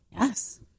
Yes